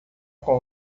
com